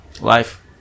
Life